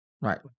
right